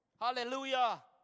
Hallelujah